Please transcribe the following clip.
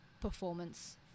performance